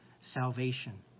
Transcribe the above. salvation